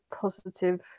positive